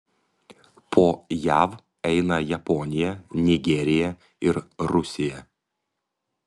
po jav eina japonija nigerija ir rusija